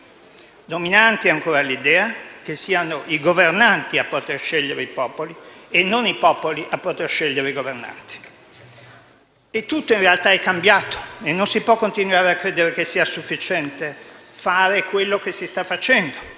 dominante ancora l'idea che siano i governanti a poter scegliere i popoli e non i popoli a scegliere i governanti. Tutto in realtà è cambiato e non si può continuare a credere che sia sufficiente fare quanto si sta facendo: